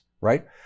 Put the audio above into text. right